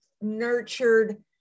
nurtured